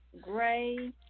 gray